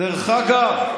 דרך אגב,